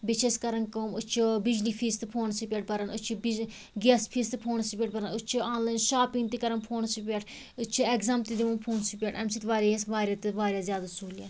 بیٚیہِ چھِ أسۍ کَران کٲم أسۍ چھِ بجلی فیٖس تہِ فونسٕے پٮ۪ٹھ بَران أسۍ چھِ گیس فیٖس تہِ فونسٕے پٮ۪ٹھ بَران أسۍ چھِ آن لایَن شاپِنٛگ تہِ کران فونسٕے پٮ۪ٹھ أسۍ چھِ اٮ۪گزام تہِ دِوان فونسٕے پٮ۪ٹھ اَمہِ سۭتۍ اَسہِ وارِیاہ تہِ وارِیاہ زیادٕ سُہوٗلِیت